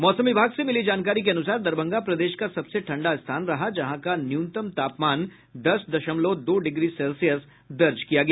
मौसम विभाग से मिली जानकारी के अनुसार दरभंगा प्रदेश का सबसे ठंडा स्थान रहा जहां का न्यूनतम तापमान दस दशमलव दो डिग्री सेल्सियस दर्ज किया गया